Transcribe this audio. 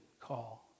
call